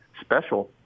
special